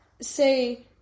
say